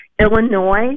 Illinois